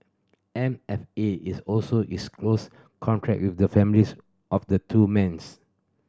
M F A is also is close contact with the families of the two men